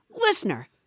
Listener